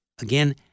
Again